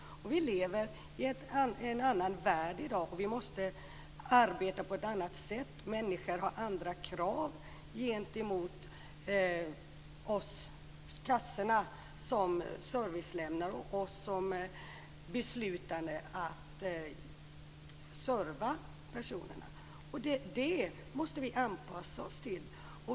Vi lever i en annan värld i dag. Vi måste arbeta på ett annat sätt. Människor har andra krav gentemot kassorna som servicelämnare och oss som beslutare om att serva personer. Det måste vi anpassa oss till.